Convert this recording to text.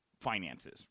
finances